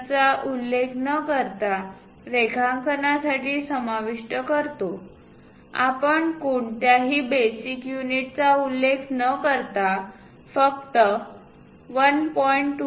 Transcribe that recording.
चा उल्लेख न करता रेखांकनासाठी समाविष्ट करतोआपण कोणत्याही बेसिक युनिटचा उल्लेख न करता फक्त 1